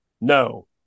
No